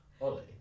Ollie